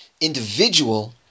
individual